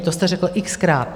To jste řekl xkrát.